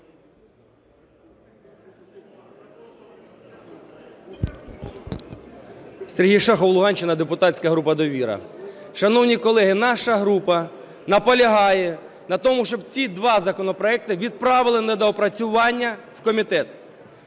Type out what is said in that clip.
Сергій Шахов, Луганщина, депутатська група "Довіра". Шановні колеги, наша група наполягає на тому, щоб ці два законопроекти відправили на доопрацювання в комітет.